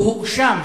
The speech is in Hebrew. הוא הואשם,